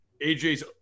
AJ's